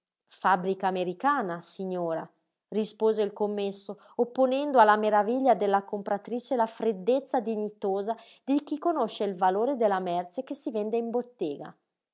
fabbrica americana signora rispose il commesso opponendo alla maraviglia della compratrice la freddezza dignitosa di chi conosce il valore della merce che si vende in bottega